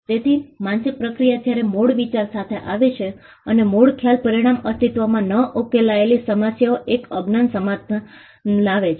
તેથી માનસિક પ્રક્રિયા જ્યારે કોઈ મૂળ વિચાર સાથે આવે છે અને મૂળ ખ્યાલ પરિણામ અસ્તિત્વમાં ન ઉકેલાયેલી સમસ્યાનો એક અજ્ઞાત સમાધાન લાવે છે